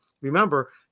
remember